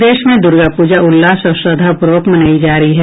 प्रदेश में दुर्गा पूजा उल्लास और श्रद्धापूर्वक मनायी जा रही है